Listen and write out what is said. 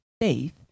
faith